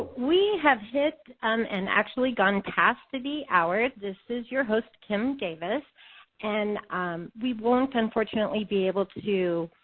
we have hit and and actually gone past the hour. this is your host kim davis and we won't, unfortunately, be able to